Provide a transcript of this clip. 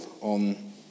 on